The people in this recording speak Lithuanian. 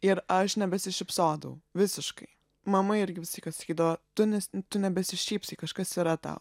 ir aš nebesišypsodavau visiškai mama irgi visą laiką sakydavo tu nes tu nebesišypsai kažkas yra tau